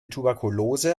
tuberkulose